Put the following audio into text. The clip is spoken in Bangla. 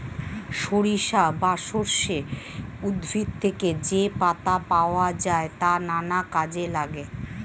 সরিষা বা সর্ষে উদ্ভিদ থেকে যে পাতা পাওয়া যায় তা নানা কাজে লাগে